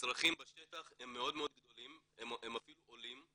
הצרכים בשטח הם מאוד גדולים והם אפילו עולים.